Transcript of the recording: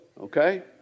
Okay